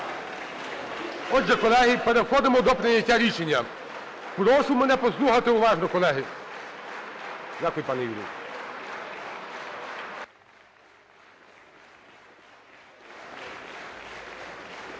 Отже, колеги, переходимо до прийняття рішення. Прошу мене послухати уважно, колеги. Дякую, пане Юрію.